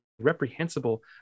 reprehensible